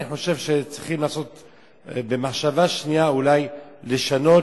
אני חושב שצריכים במחשבה שנייה אולי לשנות,